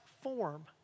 form